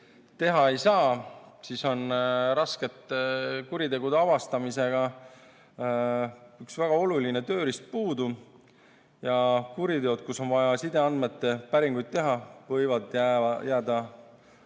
teha ei saa, siis on raskete kuritegude avastamisel üks väga oluline tööriist puudu ja kuriteod, mille puhul on vaja sideandmete päringuid teha, võivad jääda